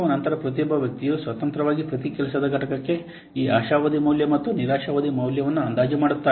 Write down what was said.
ನಂತರ ಪ್ರತಿಯೊಬ್ಬ ವ್ಯಕ್ತಿಯು ಸ್ವತಂತ್ರವಾಗಿ ಪ್ರತಿ ಕೆಲಸದ ಘಟಕಕ್ಕೆ ಈ ಆಶಾವಾದಿ ಮೌಲ್ಯ ಮತ್ತು ನಿರಾಶಾವಾದಿ ಮೌಲ್ಯವನ್ನು ಅಂದಾಜು ಮಾಡುತ್ತಾನೆ